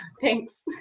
thanks